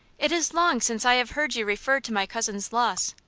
it is long since i have heard you refer to my cousin's loss.